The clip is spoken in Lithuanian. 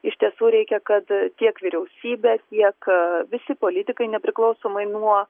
iš tiesų reikia kad tiek vyriausybė tiek visi politikai nepriklausomai nuo